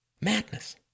Madness